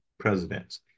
Presidents